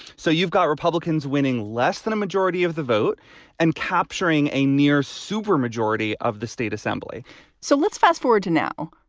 so you've got republicans winning less than a majority of the vote and capturing a near super majority of the state assembly so let's fast forward to now.